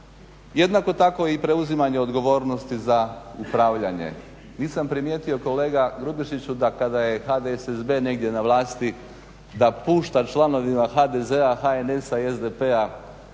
Jednako tako i preuzimanje odgovornosti za upravljanje. Nisam primijetio kolega Grubišiću da kada je HDSSB negdje na vlasti da pušta članovima HDZ-a, HNS-a i SDP-a